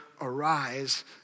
Arise